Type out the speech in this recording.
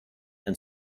and